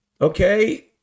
okay